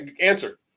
answer